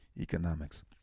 economics